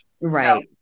Right